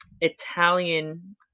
Italian